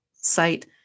site